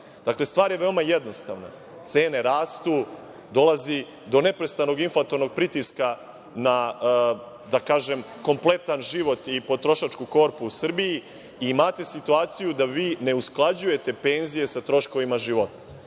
stvar je veoma jednostavna. Cene rastu, dolazi do neprestanog inflatornog pritiska na kompletan život i potrošačku korpu u Srbiji, imate situaciju da vi ne usklađujete penzije sa troškovima života.